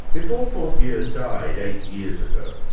before bourdieu yeah died eight years ago,